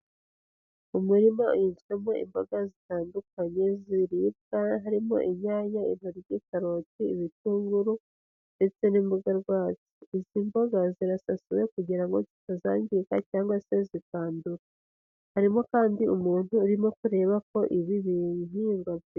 Mu mirima uhizwemo imboga zitandukanye ziribwa, harimo inyanya, intoryi, karoti, ibitunguru ndetse n'imboga rwatsi. Izi mboga zirasasiwe kugira ngo zitazangiza cyangwa se zikandura, harimo kandi umuntu urimo kureba ko ibi bihingwa bye ...